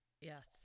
Yes